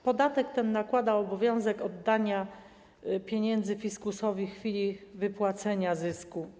Podatek ten nakłada obowiązek oddania pieniędzy fiskusowi w chwili wypłacenia zysku.